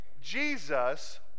Jesus